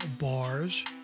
bars